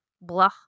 blah